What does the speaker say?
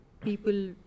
people